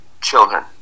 children